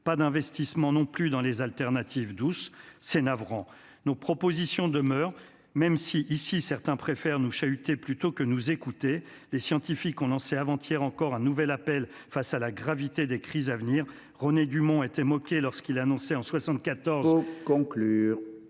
Pas d'investissement non plus dans les alternatives douces : c'est navrant ! Nos propositions demeurent, même si certains préfèrent ici nous chahuter plutôt que nous écouter. Or les scientifiques ont lancé, avant-hier encore, un nouvel appel face à la gravité des crises à venir. René Dumont, lui aussi, était moqué lorsqu'il annonçait, en 1974,